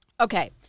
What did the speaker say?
Okay